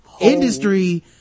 industry